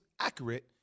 accurate